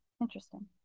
Interesting